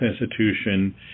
institution